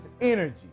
energy